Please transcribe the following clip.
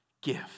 gift